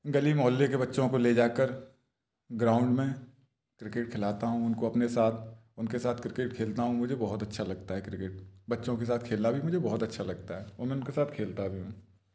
गली मोहल्ले के बच्चों को ले जाकर ग्राउंड में क्रिकेट खिलाता हूँ उनको अपने साथ उनके साथ क्रिकेट खेलता हूँ मुझे बहुत अच्छा लगता है क्रिकेट बच्चों के साथ खेलना भी मुझे बहुत अच्छा लगता है और मैं उनके साथ खेलता भी हूँ